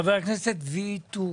חבר הכנסת ואטורי.